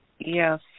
Yes